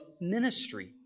ministry